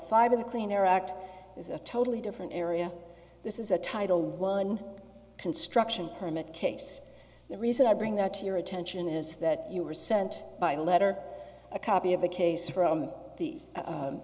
in the clean air act is a totally different area this is a title one construction permit case the reason i bring that to your attention is that you were sent by letter a copy of a case from the